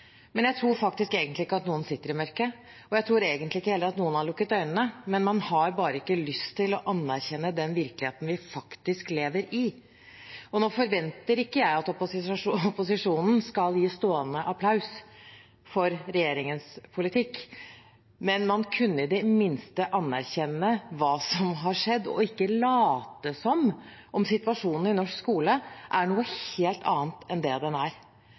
Men jeg tror faktisk egentlig ikke at noen sitter i mørket, og jeg tror egentlig ikke heller at noen har lukket øynene, men man har bare ikke lyst til å anerkjenne den virkeligheten vi faktisk lever i. Nå forventer ikke jeg at opposisjonen skal gi stående applaus for regjeringens politikk, men man kunne i det minste anerkjenne hva som har skjedd, og ikke late som om situasjonen i norsk skole er noe helt annet enn det den er.